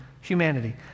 humanity